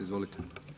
Izvolite.